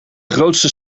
grootste